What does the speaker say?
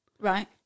Right